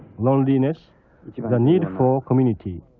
loneliness, the need for community